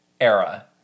era